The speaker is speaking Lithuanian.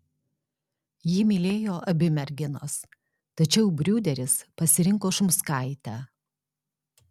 jį mylėjo abi merginos tačiau briūderis pasirinko šumskaitę